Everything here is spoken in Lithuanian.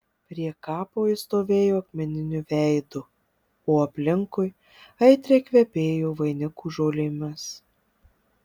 prie kapo jis stovėjo akmeniniu veidu o aplinkui aitriai kvepėjo vainikų žolėmis